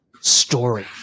story